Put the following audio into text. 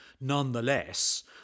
Nonetheless